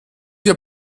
wir